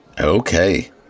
Okay